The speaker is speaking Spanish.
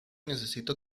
necesito